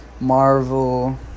Marvel